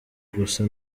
gusa